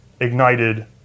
ignited